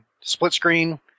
split-screen